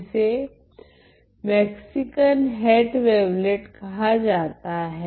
इसे Mexican hat wavelet कहा जाता हैं